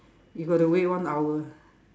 you got to wait one hour